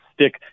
stick